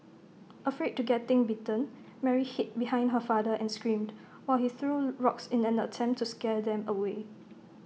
afraid to getting bitten Mary hid behind her father and screamed while he threw rocks in an attempt to scare them away